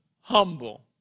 humble